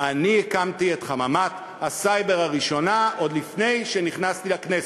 אני הקמתי את חממת הסייבר הראשונה עוד לפני שנכנסתי לכנסת.